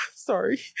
sorry